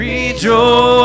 Rejoice